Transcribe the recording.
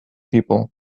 people